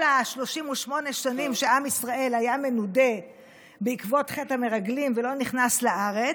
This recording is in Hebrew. כל 38 השנים שעם ישראל היה מנודה בעקבות חטא המרגלים ולא נכנס לארץ,